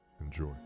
Enjoy